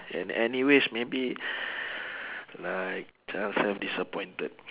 and anyways maybe like child self disappointed